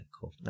cool